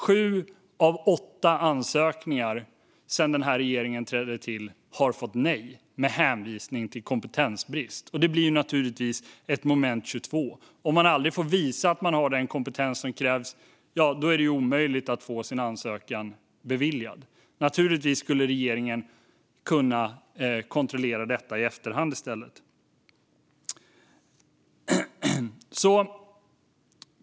Sedan regeringen tillträdde har sju av åtta ansökningar fått nej med hänvisning till kompetensbrist. Det blir naturligtvis ett moment 22. Om man aldrig får visa att man har den kompetens som krävs är det ju omöjligt att få sin ansökan beviljad. Naturligtvis skulle regeringen i stället kunna kontrollera detta i efterhand.